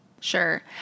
Sure